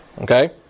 Okay